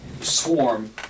swarm